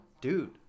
Dude